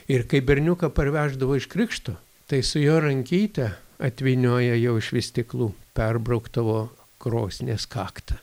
ir kai berniuką parveždavo iš krikšto tai su jo rankyte atvynioja jau iš vystyklų perbraukdavo krosnies kaktą